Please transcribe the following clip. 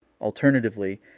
Alternatively